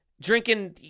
drinking